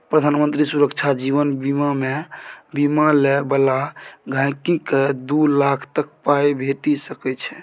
प्रधानमंत्री सुरक्षा जीबन बीमामे बीमा लय बला गांहिकीकेँ दु लाख तक पाइ भेटि सकै छै